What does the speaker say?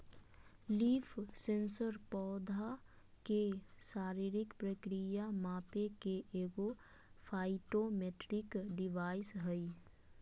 leaf sensor पौधा के शारीरिक प्रक्रिया मापे के एगो फाइटोमेट्रिक डिवाइस हइ